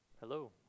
Hello